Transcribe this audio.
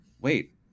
wait